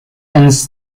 and